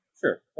sure